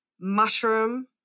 mushroom